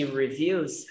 reviews